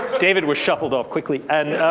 david was shuffled off quickly. and